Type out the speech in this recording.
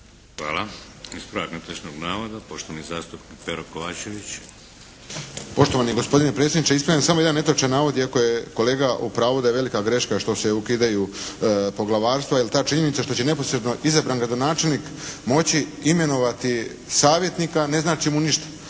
Hvala. Ispravak netočnog navoda poštovani zastupnik Pero KOvačević. **Kovačević, Pero (HSP)** Poštovani gospodine predsjedniče ispravljam samo jedan netočan navod iako je kolega u pravu da je velika greška što se ukidaju poglavarstva jer ta činjenica što će neposredno izabrani gradonačelnik moći imenovati savjetnika ne znači mu ništa.